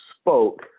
spoke